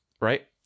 right